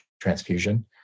transfusion